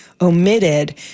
omitted